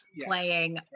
playing